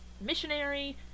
missionary